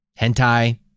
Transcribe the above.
hentai